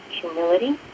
humility